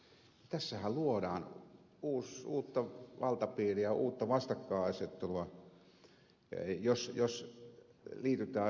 tässähän luodaan uutta valtapiiriä uutta vastakkainasettelua jos liitytään sotilasliittoon